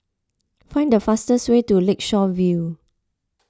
find the fastest way to Lakeshore View